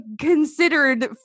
considered